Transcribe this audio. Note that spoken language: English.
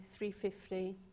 350